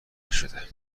نشده